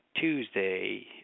Tuesday